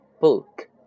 Book